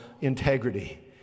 integrity